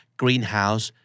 greenhouse